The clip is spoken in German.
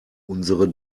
unsere